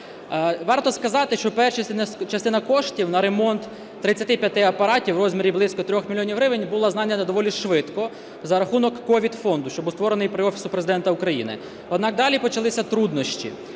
Варто сказати, що перша частина коштів на ремонт 35 апаратів у розмірі близько 3 мільйонів гривень була знайдена доволі швидко за рахунок COVID фонду, що був створений при Офісі Президента України. Однак далі почалися труднощі.